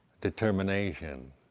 determination